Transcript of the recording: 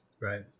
right